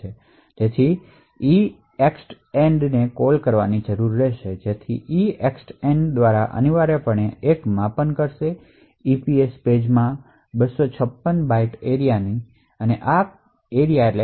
જેથી EEXTEND ને call કરવાની જરૂર રહેશે જેથી EEXTEND એક માપન કરશે EPC પેજ માં 256 બાઇટ પ્રદેશ નું